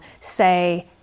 say